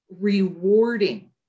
rewarding